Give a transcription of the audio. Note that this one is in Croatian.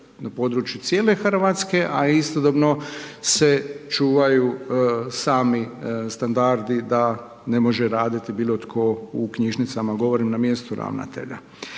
na području cijele Hrvatske a istodobno se čuvaju sami standardi da ne može raditi bilo tko u knjižnicama. Govorim na mjestu ravnatelja.